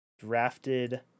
drafted